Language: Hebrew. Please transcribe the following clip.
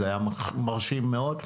זה היה מרשים מאוד.